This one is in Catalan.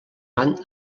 van